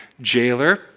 jailer